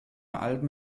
alben